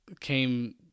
came